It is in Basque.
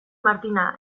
martina